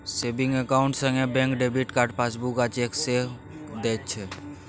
saving account संगे bank debit card, passbook आ cheque सेहो दैत छै